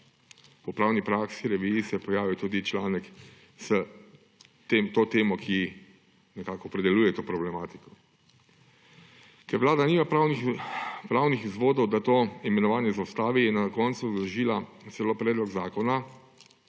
V Pravni praksi, reviji, se je pojavil tudi članek s to temo, ki nekako opredeljuje to problematiko. Ker Vlada nima pravnih vzvodov, da to imenovanje zaustavi, je na koncu vložila celo predlog zakona,